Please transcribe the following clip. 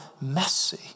messy